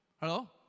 Hello